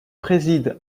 préside